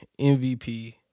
MVP